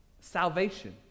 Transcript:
Salvation